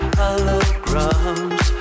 holograms